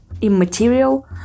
Immaterial